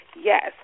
Yes